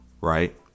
Right